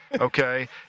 okay